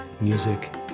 music